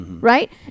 Right